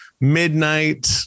midnight